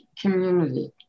community